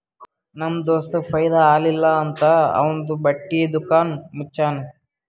ನಮ್ ದೋಸ್ತಗ್ ಫೈದಾ ಆಲಿಲ್ಲ ಅಂತ್ ಅವಂದು ಬಟ್ಟಿ ದುಕಾನ್ ಮುಚ್ಚನೂ